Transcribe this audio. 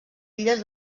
illes